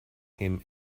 him